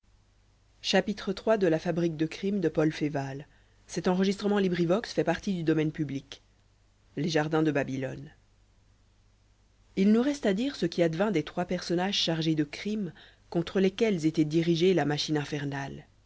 les jardins de babylone il nous reste à dire ce qui advint des trois personnages chargés de crimes contre lesquels était dirigée la machine infernale